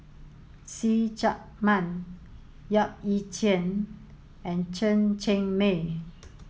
See Chak Mun Yap Ee Chian and Chen Cheng Mei